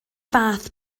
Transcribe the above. fath